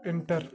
enter